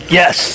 yes